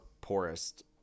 poorest